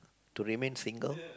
to remain single